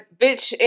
bitch